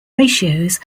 ratios